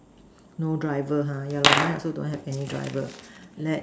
no driver ha the yellow van so don't have any driver let